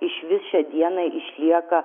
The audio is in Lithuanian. išvis šią dieną išlieka